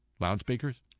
loudspeakers